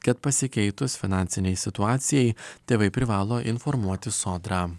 kad pasikeitus finansinei situacijai tėvai privalo informuoti sodrą